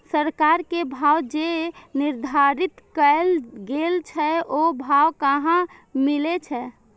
सरकार के भाव जे निर्धारित कायल गेल छै ओ भाव कहाँ मिले छै?